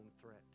threat